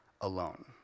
alone